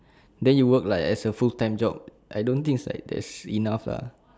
then you work like as a full time job I don't think it's like that's enough lah